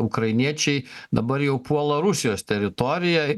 ukrainiečiai dabar jau puola rusijos teritorijoj